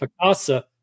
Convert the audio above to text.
Picasa